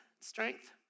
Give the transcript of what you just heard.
strength